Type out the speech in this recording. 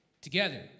together